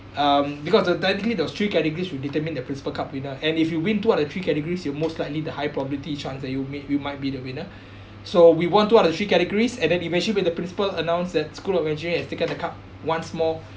um because the technically those three categories will determine the principal cup winner and if you win two out of three categories you most likely the high probability chance that you meet we might be the winner so we won two out of three categories and then eventually when the principal announced that school of engineering has taken the cup once more